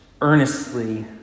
Earnestly